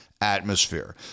atmosphere